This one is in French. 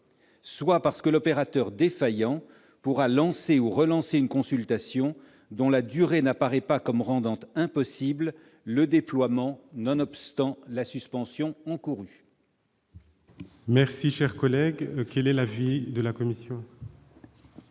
soit parce que l'opérateur défaillant pourra lancer ou relancer une consultation dont la durée n'apparaît pas comme rendant impossible le déploiement, nonobstant la suspension encourue.